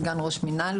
סגן ראש מינהל,